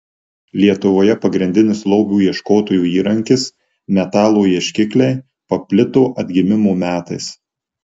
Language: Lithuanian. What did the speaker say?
lietuvoje pagrindinis lobių ieškotojų įrankis metalo ieškikliai paplito atgimimo metais